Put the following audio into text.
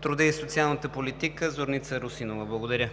труда и социалната политика Зорница Русинова. Благодаря.